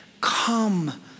Come